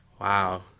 Wow